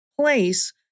place